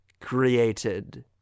created